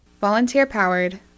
Volunteer-powered